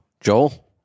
Joel